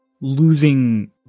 Losing